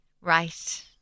Right